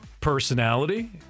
personality